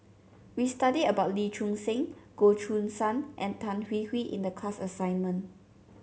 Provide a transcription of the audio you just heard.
we studied about Lee Choon Seng Goh Choo San and Tan Hwee Hwee in the class assignment